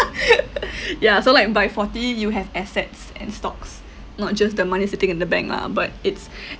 ya so like by forty you have assets and stocks not just the money sitting in the bank lah but it's